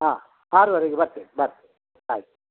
ಹಾಂ ಆರೂವರೆಗೆ ಬರ್ತೇನೆ ಬರ್ತೇನೆ ಆಯ್ತು